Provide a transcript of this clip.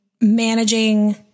managing